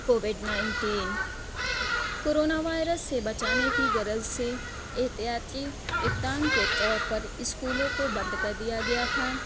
Covid nineteen corona virus سے بچانے کی غرض سے احتیاطی اقدام کے طور پر اسکولوں کو بند کر دیا گیا تھا